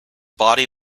body